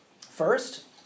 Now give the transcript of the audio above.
First